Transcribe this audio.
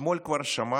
ואתמול כבר שמענו,